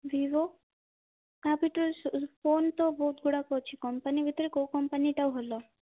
Vivo phone ତ ବହୁତ ଗୁଡ଼ାକ ଅଛି କମ୍ପାନୀ ଭିତରେ କେଉଁ କମ୍ପାନୀଟା ଭଲ